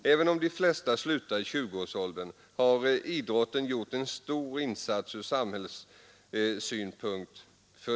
Även om de flesta slutar i tjugoårsåldern har idrotten gjort en stor insats ur samhällssynpunkt.